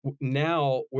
now